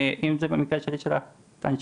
אם זה במקרה שלי של ההנשמה,